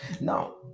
Now